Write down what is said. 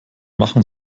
machen